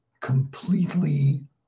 completely